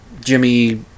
Jimmy